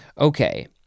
okay